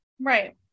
Right